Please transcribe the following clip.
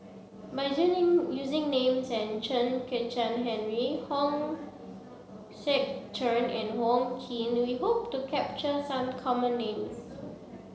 by using names as Chen Kezhan Henri Hong Sek Chern and Wong Keen we hope to capture some common names